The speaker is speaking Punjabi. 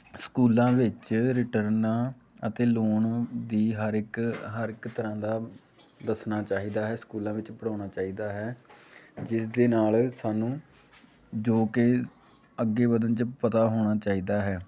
ਸਕੂਲਾਂ ਵਿੱਚ ਰਿਟਰਨਾਂ ਅਤੇ ਲੋਨ ਦੀ ਹਰ ਇੱਕ ਹਰ ਇੱਕ ਤਰ੍ਹਾਂ ਦਾ ਦੱਸਣਾ ਚਾਹੀਦਾ ਹੈ ਸਕੂਲਾਂ ਵਿੱਚ ਪੜ੍ਹਾਉਣਾ ਚਾਹੀਦਾ ਹੈ ਜਿਸ ਦੇ ਨਾਲ ਸਾਨੂੰ ਜੋ ਕਿ ਅੱਗੇ ਵਧਣ 'ਚ ਪਤਾ ਹੋਣਾ ਚਾਹੀਦਾ ਹੈ